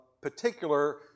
particular